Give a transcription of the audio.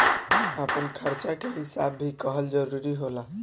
आपन खर्चा के हिसाब भी कईल जरूरी होला